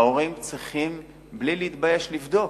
ההורים צריכים בלי להתבייש לבדוק,